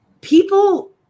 people